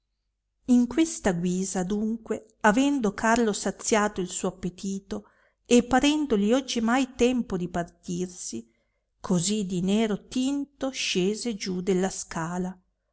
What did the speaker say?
in questa guisa adunque avendo carlo saziato il suo appetito e parendogli oggimai tempo di partirsi così di nero tinto scese giù della scala